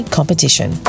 Competition